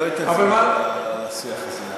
לא אתן זמן על השיח הזה.